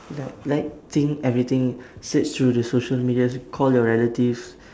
like like thing everything search through the social medias call your relatives